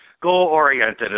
Goal-oriented